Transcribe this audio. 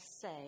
say